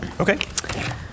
okay